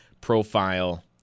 profile